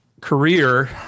career